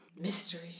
Mystery